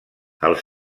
els